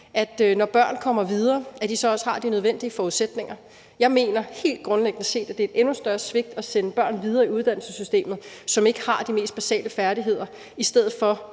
at når børn kommer videre, har de også de nødvendige forudsætninger. Jeg mener helt grundlæggende set, at det er et stort svigt at sende børn videre i uddannelsessystemet, som ikke har de mest basale færdigheder, i stedet for